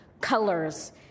colors